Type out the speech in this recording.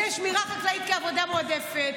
שעושה שמירה חקלאית כעבודה מועדפת.